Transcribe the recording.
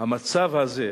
המצב הזה,